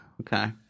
okay